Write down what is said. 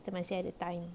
kita masih ada time